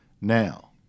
now